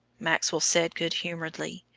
maxwell said good-humoredly,